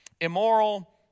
immoral